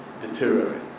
deteriorate